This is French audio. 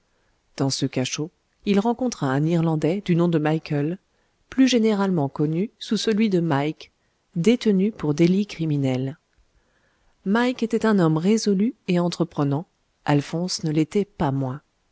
dans ce cachot il rencontra un irlandais du nom de michael plus généralement connu sous celui de mike détenu pour délit criminel mike était un homme résolu et entreprenant alphonse ne l'était pas moins